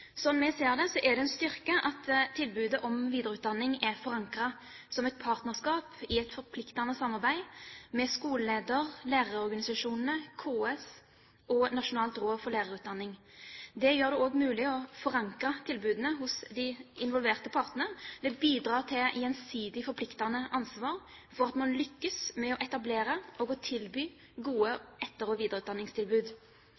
vi ser det, er det en styrke at tilbudet om videreutdanning er forankret som et partnerskap i et forpliktende samarbeid med skoleleder, lærerorganisasjonene, KS og Nasjonalt råd for lærerutdanning. Det gjør det også mulig å forankre tilbudene hos de involverte partene. Det bidrar til gjensidig forpliktende ansvar for at man lykkes med å etablere og tilby